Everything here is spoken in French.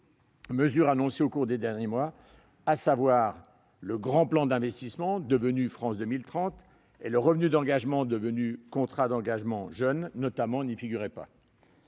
mesures annoncées au cours des derniers mois, à savoir, notamment, le grand plan d'investissement, devenu France 2030, et le revenu d'engagement, devenu contrat d'engagement jeune, n'y figuraient pas.